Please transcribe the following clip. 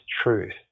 truth